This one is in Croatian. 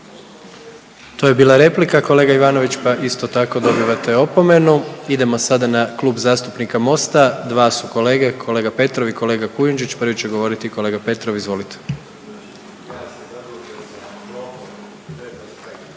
To je bila replika pa isto tako dobivate opomenu. Idemo sada na Klub zastupnika Mosta, dva su kolege, kolega Petrov i kolega Kujundžić. Prvi će govoriti kolega Petrov, izvolite.